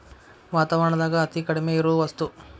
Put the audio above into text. ವಾತಾವರಣದಾಗ ಅತೇ ಕಡಮಿ ಇರು ವಸ್ತು